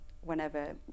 whenever